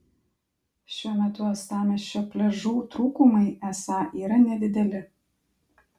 šiuo metu uostamiesčio pliažų trūkumai esą yra nedideli